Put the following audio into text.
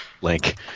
link